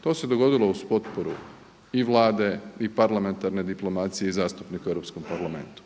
To se dogodilo uz potporu i Vlade i parlamentarne diplomacije i zastupnika u Europskom parlamentu.